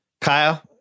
Kyle